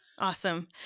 Awesome